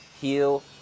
heal